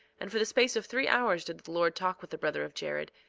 and for the space of three hours did the lord talk with the brother of jared,